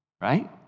Right